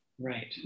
right